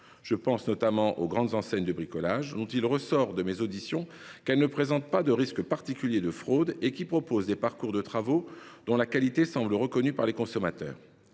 Je pense, notamment, aux grandes enseignes de bricolage. Il ressort de mes auditions qu’elles ne présentent pas de risque particulier de fraude. Or elles proposent des parcours de travaux dont la qualité semble reconnue par les consommateurs.